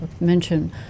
mention